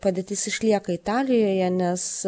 padėtis išlieka italijoje nes